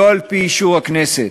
שלא על-פי אישור הכנסת,